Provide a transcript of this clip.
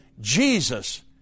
Jesus